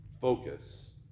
focus